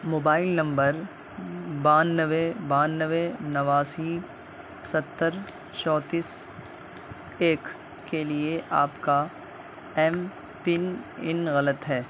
mobile number بانوے بانوے نواسی ستر چونتیس ایک کے لیے آپ کا ایم پن ان غلط ہے